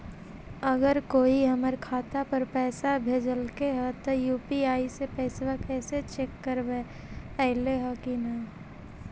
अगर कोइ हमर खाता पर पैसा भेजलके हे त यु.पी.आई से पैसबा कैसे चेक करबइ ऐले हे कि न?